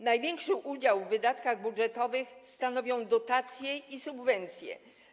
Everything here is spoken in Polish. Największy udział w wydatkach budżetowych stanowią dotacje i subwencje.